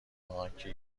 آنکه